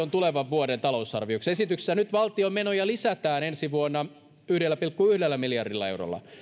vuoden talousarvioksi esityksessä valtion menoja lisätään ensi vuonna yksi pilkku yksi miljardia velkaa otetaan